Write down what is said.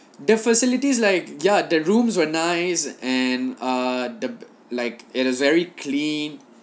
the facilities like ya the rooms were nice and err the like it is very clean